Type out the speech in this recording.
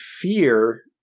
fear